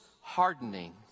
hardening